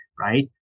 right